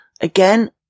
Again